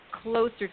closer